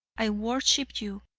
i worship you.